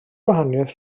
gwahaniaeth